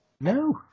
No